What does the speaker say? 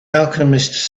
alchemists